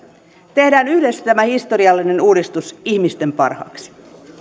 tehdään yhdessä tämä historiallinen uudistus ihmisten parhaaksi